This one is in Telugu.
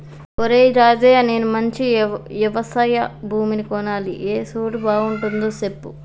ఒరేయ్ రాజయ్య నేను మంచి యవశయ భూమిని కొనాలి ఏ సోటు బాగుంటదో సెప్పు